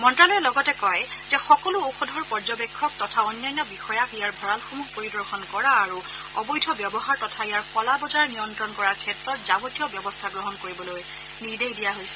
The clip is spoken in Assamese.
মন্তালয়ে লগতে কয় যে সকলো ঔষধৰ পৰ্যবেক্ষক তথা অন্যান্য বিষয়াক ইয়াৰ ভড়ালসমূহ পৰিদৰ্শন কৰা আৰু অবৈধ ব্যৱহাৰ তথা ইয়াৰ কলা বজাৰ নিয়ন্ত্ৰণ কৰাৰ ক্ষেত্ৰত যাৱতীয় ব্যৱস্থা গ্ৰহণ কৰিবলৈ নিৰ্দেশ দিয়া হৈছে